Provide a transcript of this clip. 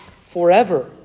forever